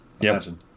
Imagine